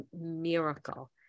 miracle